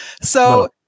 So-